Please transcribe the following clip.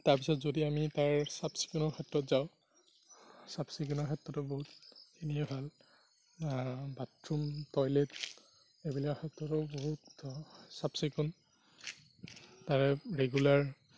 তাৰপিছত যদি আমি তাৰ চাফ চিকুণৰ ক্ষেত্ৰত যাওঁ চাফ চিকুণৰ ক্ষেত্ৰতো বহুতখিনিয়েই ভাল বাথৰুম টয়লেট এইবিলাক ক্ষেত্ৰতো বহুত চাফ চিকুণ তাৰে ৰেগুলাৰ